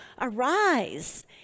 arise